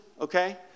okay